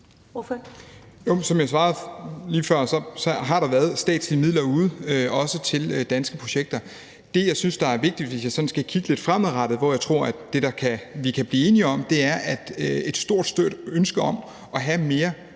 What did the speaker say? som jeg svarede lige før, har der været statslige midler ude også til danske projekter. Det, jeg synes er vigtigt, hvis jeg sådan skal kigge lidt fremadrettet på det, som jeg tror vi kan blive enige om, er, at der er et stort ønske om at have mere